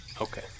Okay